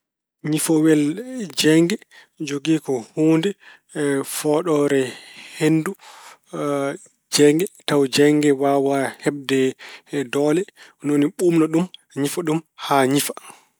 Ñifowel jeeynge jogii ko huunde fooɗoore henndu jeeynge, tawa jeeynge nge waawaa heɓde doole. Ni woni ɓuuɓna ɗum, ñifa ɗum haa ñifa.